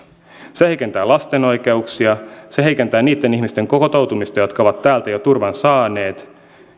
se heikentää lasten oikeuksia se heikentää niitten ihmisten kotoutumista jotka ovat täältä jo turvan saaneet